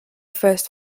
first